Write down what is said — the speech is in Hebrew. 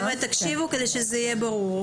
תקשיבו, כדי שזה יהיה ברור.